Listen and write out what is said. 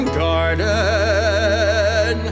garden